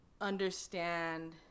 understand